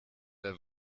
der